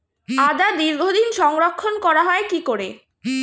আদা দীর্ঘদিন সংরক্ষণ করা হয় কি করে?